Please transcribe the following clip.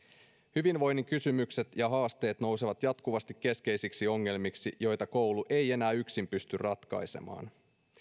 hyvinvoinnin kysymykset ja haasteet nousevat jatkuvasti keskeisiksi ongelmiksi joita koulu ei enää yksin pysty ratkaisemaan